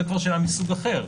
זו כבר שאלה מסוג אחר.